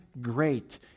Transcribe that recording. great